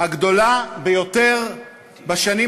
הגדולה ביותר בשנים